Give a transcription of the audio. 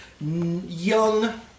young